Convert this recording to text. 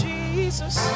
Jesus